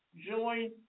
join